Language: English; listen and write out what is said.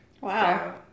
wow